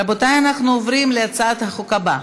רבותי, אנחנו עוברים להצעת החוק הבאה.